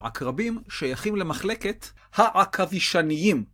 עקרבים שייכים למחלקת העקבישניים.